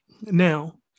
Now